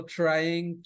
trying